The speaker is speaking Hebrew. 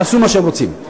יעשו מה שהם רוצים.